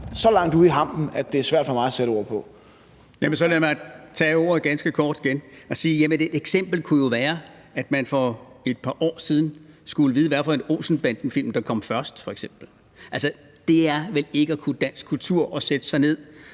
(Trine Torp): Ordføreren. Kl. 13:14 Nils Sjøberg (RV): Jamen så lad mig tage ordet ganske kort igen og sige, at et eksempel jo kunne være, at man for et par år siden skulle vide, hvad for en Olsen-banden-film, der kom først. Altså, det er vel ikke at kunne dansk kultur at sætte sig ned,